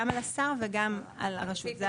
גם על השר וגם על הרשות.